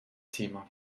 thema